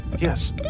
Yes